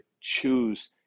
choose